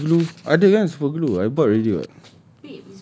tak bagus glue ada kan super glue I bought already [what]